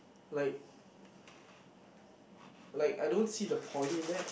like like I don't see the point in that